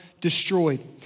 destroyed